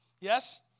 Yes